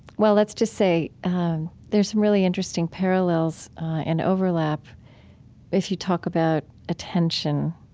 well, let's just say there are some really interesting parallels and overlap if you talk about attention,